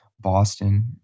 Boston